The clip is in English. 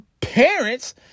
parents